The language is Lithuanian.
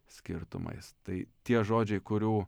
skirtumais tai tie žodžiai kurių